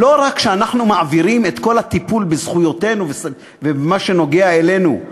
לא רק שאנחנו מעבירים את כל הטיפול בזכויותינו ובמה שנוגע אלינו החוצה,